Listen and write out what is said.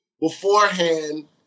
beforehand